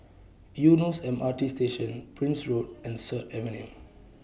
Eunos M R T Station Prince Road and Sut Avenue